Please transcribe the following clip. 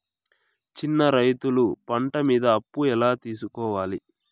చిన్న రైతులు పంట మీద అప్పు ఎలా తీసుకోవాలి?